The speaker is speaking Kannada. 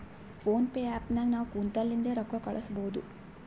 ಫೋನ್ ಪೇ ಆ್ಯಪ್ ನಾಗ್ ನಾವ್ ಕುಂತಲ್ಲಿಂದೆ ರೊಕ್ಕಾ ಕಳುಸ್ಬೋದು